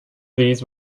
these